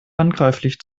handgreiflich